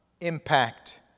impact